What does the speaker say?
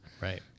Right